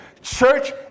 Church